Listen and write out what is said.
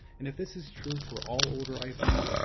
and if this is true for all older iphones,